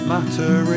Matter